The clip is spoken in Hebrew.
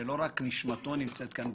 שלא רק נשמתו נמצאת כאן,